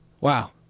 wow